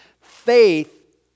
Faith